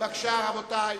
בבקשה, רבותי.